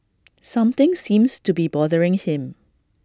something seems to be bothering him